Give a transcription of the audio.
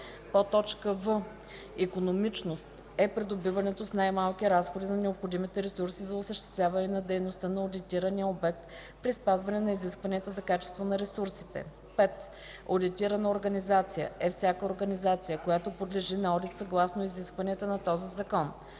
обект; в) „икономичност” е придобиването с най-малки разходи на необходимите ресурси за осъществяване на дейността на одитирания обект при спазване на изискванията за качество на ресурсите. 5. „Одитирана организация” е всяка организация, която подлежи на одит съгласно изискванията на този закон.